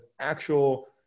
actual